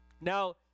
Now